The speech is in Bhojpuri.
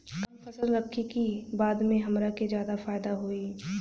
कवन फसल रखी कि बाद में हमरा के ज्यादा फायदा होयी?